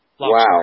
Wow